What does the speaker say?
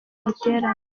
giterane